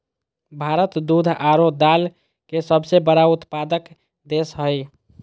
भारत दूध आरो दाल के सबसे बड़ा उत्पादक देश हइ